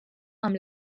amb